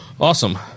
Awesome